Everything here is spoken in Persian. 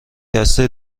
دسته